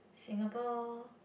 Singapore